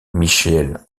michel